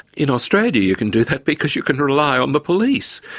in australia you can do that because you can rely on the police.